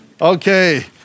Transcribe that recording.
Okay